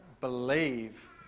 believe